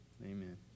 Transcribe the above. Amen